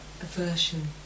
aversion